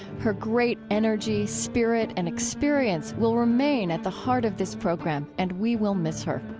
her great energy, spirit and experience will remain at the heart of this program, and we will miss her.